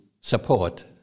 support